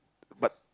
but